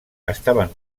estaven